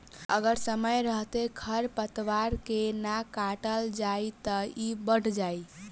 अगर समय रहते खर पातवार के ना काटल जाइ त इ बढ़ जाइ